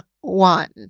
one